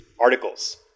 articles